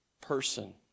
person